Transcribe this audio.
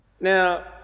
Now